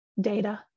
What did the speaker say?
data